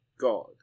God